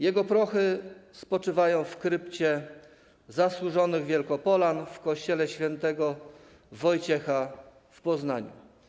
Jego prochy spoczywają w Krypcie Zasłużonych Wielkopolan w kościele pw. św. Wojciecha w Poznaniu.